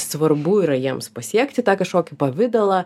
svarbu yra jiems pasiekti tą kažkokį pavidalą